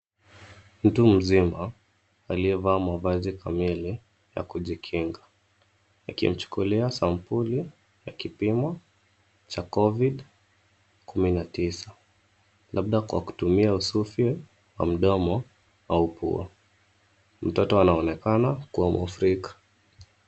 Mtu mzima aliyevaa mavazi kamili ya kujikinga akimuchukulia sampuli ya kupimwa cha Covid kumi na tisa labda kwa kutumia usufi wa mdomo au pua. Mtoto anaonekana kuwa mwafrika.